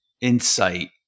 insight